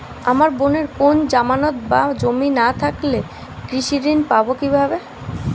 আমার বোনের কোন জামানত বা জমি না থাকলে কৃষি ঋণ কিভাবে পাবে?